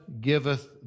giveth